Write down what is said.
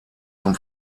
zum